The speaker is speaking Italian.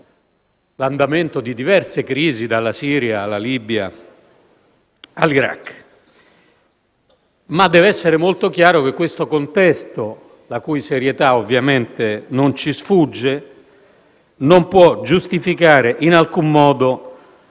l'andamento di diverse crisi: dalla Siria alla Libia, all'Iraq. Deve essere, però, molto chiaro che questo contesto, la cui serietà non ci sfugge, non può giustificare in alcun modo